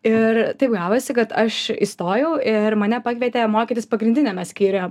ir taip gavosi kad aš įstojau ir mane pakvietė mokytis pagrindiniame skyriuje